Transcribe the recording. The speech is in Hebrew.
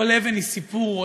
כל אבן היא סיפור,